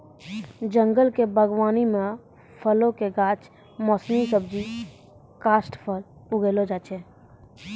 जंगल क बागबानी म फलो कॅ गाछ, मौसमी सब्जी, काष्ठफल उगैलो जाय छै